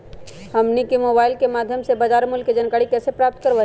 हमनी के मोबाइल के माध्यम से बाजार मूल्य के जानकारी कैसे प्राप्त करवाई?